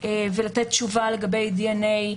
ולתת תשובה לגבי דנ"א,